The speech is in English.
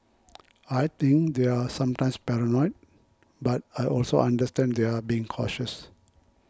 I think they're sometimes paranoid but I also understand they're being cautious